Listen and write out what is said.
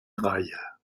reihe